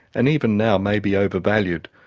and even now may be overvalued.